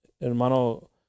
hermano